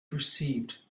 perceived